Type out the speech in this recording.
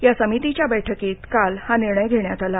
या समितीच्या बैठकीत काल हा निर्णय घेण्यात आला